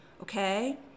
Okay